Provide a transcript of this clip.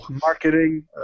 Marketing